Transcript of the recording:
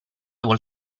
vuol